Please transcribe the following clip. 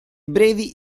brevi